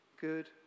good